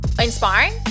inspiring